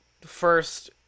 first